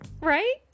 right